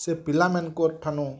ସେ ପିଲାମାନଙ୍କ ଠାନୁ